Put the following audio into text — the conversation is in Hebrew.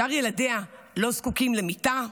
שאר ילדיה לא זקוקים למיטה,